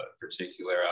particular